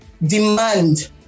demand